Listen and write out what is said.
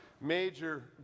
major